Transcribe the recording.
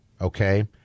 Okay